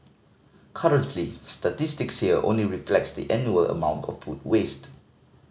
currently statistics here only reflect the annual amount of food waste